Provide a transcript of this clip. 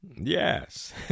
Yes